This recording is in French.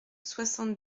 soixante